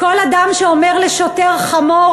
כל אדם שאומר לשוטר "חמור",